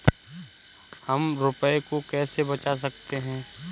हम रुपये को कैसे बचा सकते हैं?